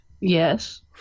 Yes